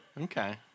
Okay